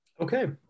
Okay